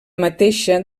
mateixa